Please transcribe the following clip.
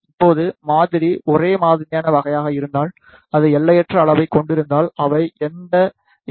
இப்போது மாதிரி ஒரே மாதிரியான வகையாக இருந்தால் அது எல்லையற்ற அளவைக் கொண்டிருந்தால் அவை எந்த ஈ